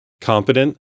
competent